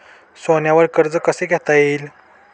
सोन्यावर कर्ज कसे घेता येईल?